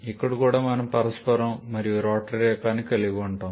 ఇక్కడ కూడా మనం పరస్పరం మరియు రోటరీ రకాన్ని కలిగి ఉండవచ్చు